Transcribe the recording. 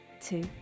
two